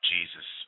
Jesus